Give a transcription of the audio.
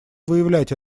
выявлять